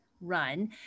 Run